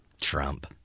Trump